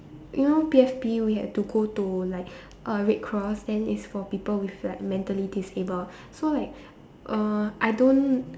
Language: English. you know P_F_P we had to go to like uh red cross then is for people with like mentally disabled so like uh I don't